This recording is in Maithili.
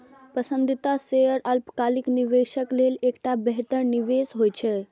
पसंदीदा शेयर अल्पकालिक निवेशक लेल एकटा बेहतर निवेश होइ छै